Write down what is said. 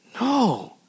No